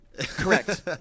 Correct